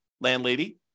landlady